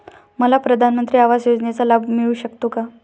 मला प्रधानमंत्री आवास योजनेचा लाभ मिळू शकतो का?